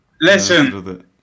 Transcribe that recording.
Listen